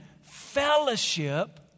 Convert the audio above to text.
fellowship